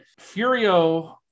Furio